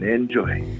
Enjoy